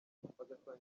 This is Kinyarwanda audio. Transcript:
bagasanga